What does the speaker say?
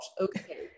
Okay